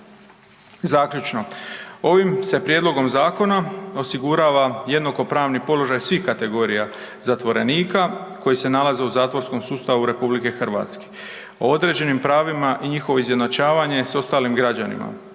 Zaključno, ovim se prijedlogom zakona osigurava jednakopravni položaj svih kategorija zatvorenika koji se nalaze u zatvorskom sustavu RH, o određenim pravima i njihovo izjednačavanje s ostalim građanima,